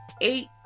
eight